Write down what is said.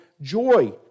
joy